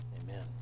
amen